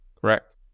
Correct